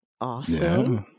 Awesome